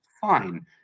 fine